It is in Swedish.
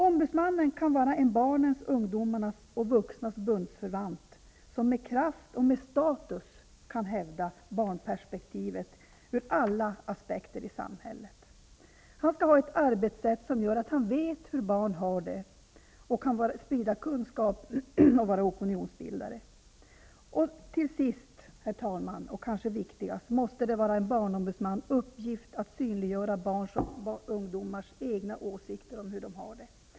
Ombudsmannen kan vara en barnens, ungdomarnas och vuxnas bundsförvant som med kraft och status kan hävda barnperspektivet ur alla samhällets aspekter. Han skall ha ett arbetssätt som gör att han vet hur barn har det och kan sprida kunskap och vara opinionsbildare. Herr talman! Det måste var en barnombudsmans uppgift att synliggöra barns och ungdomars egna åsikter om hur de har det.